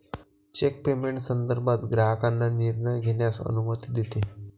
check payment संदर्भात ग्राहकांना निर्णय घेण्यास अनुमती देते